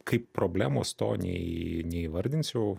kaip problemos to neį neįvardinsiu